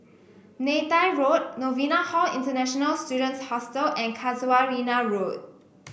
Neythai Road Novena Hall International Students Hostel and Casuarina Road